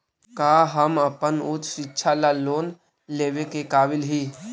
का हम अपन उच्च शिक्षा ला लोन लेवे के काबिल ही?